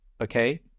okay